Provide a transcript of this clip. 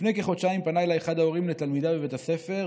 לפני כחודשיים פנה אליי אחד ההורים לתלמידה בבית הספר,